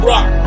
Rock